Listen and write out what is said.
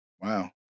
Wow